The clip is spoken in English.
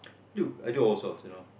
dude I do all sorts you know